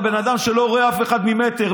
הבן אדם לא רואה אף אחד ממטר,